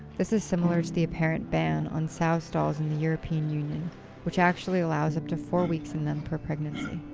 this is similar to the apparent ban on sow stalls in the european union which actually allows up to four weeks in them per pregnancy.